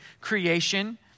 creation